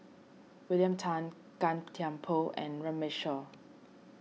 William Tan Gan Thiam Poh and Runme Shaw